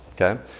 okay